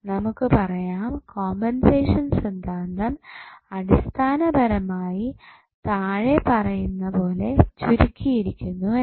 നമുക്ക് പറയാം കോമ്പെസേഷൻ സിദ്ധാന്തം അടിസ്ഥാനപരമായി താഴെ പറയുന്നതുപോലെ ചുരുക്കിയിരിക്കുന്നു എന്ന്